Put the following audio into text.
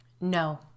No